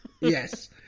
Yes